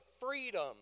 freedom